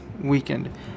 weekend